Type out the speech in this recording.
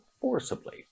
forcibly